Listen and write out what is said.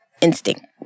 instinct